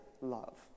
love